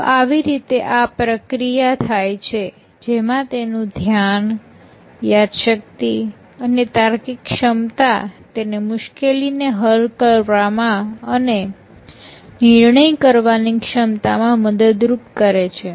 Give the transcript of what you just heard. તો આવી રીતે આ પ્રક્રિયા થાય છે જેમાં તેનું ધ્યાન યાદશક્તિ અને તાર્કિક ક્ષમતા તેને મુશ્કેલી ને હલ કરવામાં અને નિર્ણય કરવાની ક્ષમતા માં મદદરૂપ કરે છે